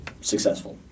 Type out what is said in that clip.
successful